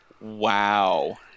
Wow